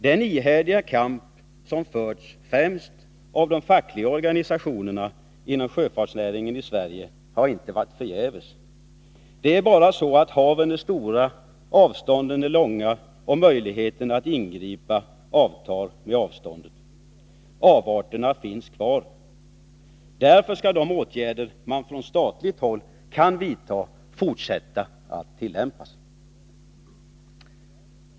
Den ihärdiga kamp som förts främst av de fackliga organisationerna inom sjöfartsnäringen i Sverige har inte varit förgäves. Det är bara så att haven är stora och avstånden långa. Möjligheterna att ingripa avtar med avståndet. Avarterna finns kvar. Därför skall de åtgärder som man från statens sida kan vidta fortsätta att tillämpas.